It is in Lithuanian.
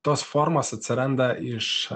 tos formos atsiranda iš